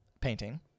painting